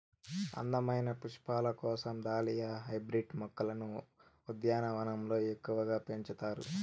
అందమైన పుష్పాల కోసం దాలియా హైబ్రిడ్ మొక్కలను ఉద్యానవనాలలో ఎక్కువగా పెంచుతారు